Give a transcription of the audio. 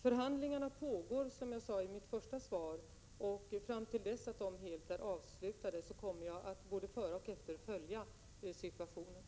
Förhandlingarna pågår, som jag sade i svaret, och fram till dess att de är helt avslutade kommer jag att följa utvecklingen.